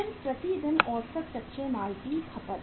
फिर प्रति दिन औसत कच्चे माल की खपत